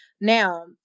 Now